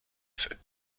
feu